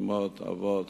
אמהות, אבות,